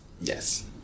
Yes